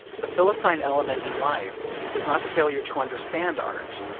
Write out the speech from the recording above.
the philistine element in life is not the failure to understand art.